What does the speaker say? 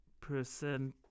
percent